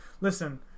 Listen